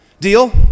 Deal